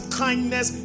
kindness